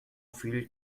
viel